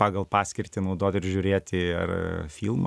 pagal paskirtį naudoti ir žiūrėti filmą